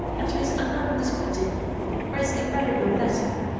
and to his anonymous critic for his invaluable letter.